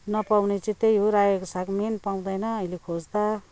नपाउने चाहिँ त्यही हो रायोको साग मेन पाउँदैन अहिले खोज्दा